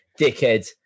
dickhead